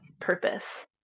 purpose